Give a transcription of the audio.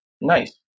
Nice